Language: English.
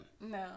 No